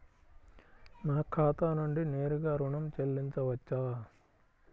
నా ఖాతా నుండి నేరుగా ఋణం చెల్లించవచ్చా?